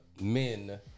men